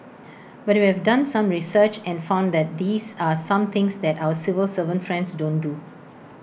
but we've done some research and found that these are some things that our civil servant friends don't do